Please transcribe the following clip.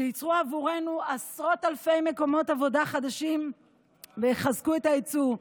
שייצרו עבורנו עשרות אלפי מקומות עבודה חדשים ויחזקו את היצוא.